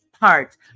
parts